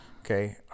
Okay